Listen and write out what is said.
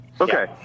okay